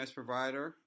provider